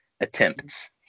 attempts